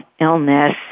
illness